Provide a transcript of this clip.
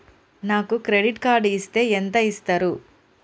నాకు credit card ఇస్తే ఎంత ఇస్తరు?